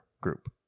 group